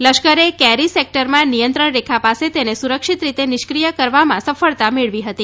લશ્કરે કેરી સેકટરમાં નિયંત્રણ રેખા પાસે તેને સુરક્ષિત રીતે નિષ્ઠિય કરવામાં સફળતા મેળવી હતી